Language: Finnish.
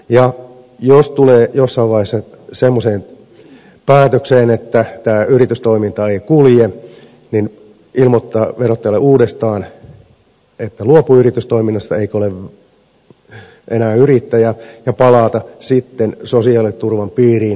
ja jos tulee jossain vaiheessa semmoiseen päätökseen että tämä yritystoiminta ei kulje niin ilmoittaa verottajalle uudestaan että luopuu yritystoiminnasta eikä ole enää yrittäjä ja palaa sitten sosiaaliturvan piiriin